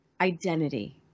identity